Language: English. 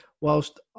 whilst